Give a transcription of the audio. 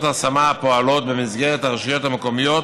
ההשמה הפועלות במסגרת הרשויות המקומיות,